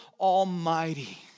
Almighty